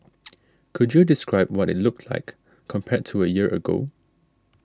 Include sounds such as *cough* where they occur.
*noise* could you describe what it looked like compared to a year ago